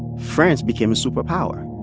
france became a superpower.